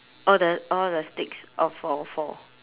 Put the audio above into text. orh the orh the sticks of all four